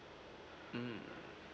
mm